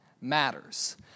matters